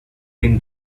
din